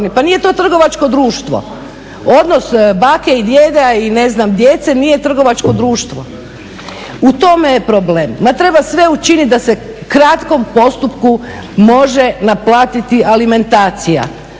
Pa nije to trgovačko društvo. Odnos bake i djeda i djece nije trgovačko društvo. U tome je problem. Ma treba sve učiniti da se u kratkom postupku može naplatiti alimentacija,